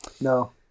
No